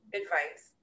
advice